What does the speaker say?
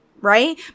Right